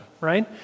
right